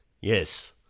Yes